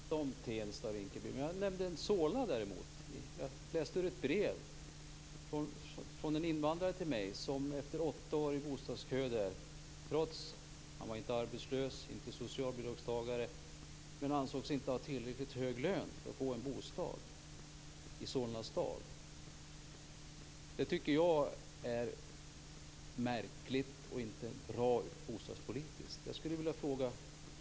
Fru talman! Jag har inte talat om Tensta och Rinkeby. Däremot har jag nämnt Solna. I ett brev från en invandrare till mig läste jag att han trots åtta år i bostadskön - han var varken arbetslös eller socialbidragstagare - inte ansågs ha tillräckligt hög lön för att få en bostad i Solna stad. Det är märkligt, och bostadspolitiskt är det inte bra.